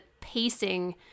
pacing